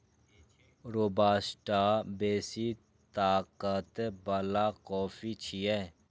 robusta बेसी ताकत बला कॉफी छियै